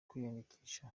kwiyandikisha